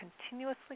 continuously